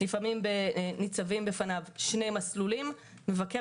לפעמים ניצבים בפניו שני מסלולים: מבקר